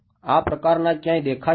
આ પ્રકારના ક્યાંક દેખાય છે